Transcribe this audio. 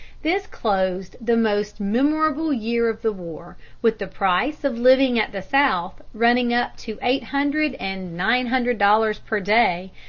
this closed the most memorable year of the war, with the price of living at the south running up to eight hundred and nine hundred dollars per day,